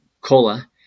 Cola